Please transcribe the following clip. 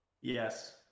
Yes